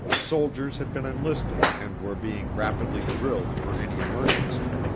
soldiers had been enlisted and were being rapidly drilled for any emergency.